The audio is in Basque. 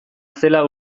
zela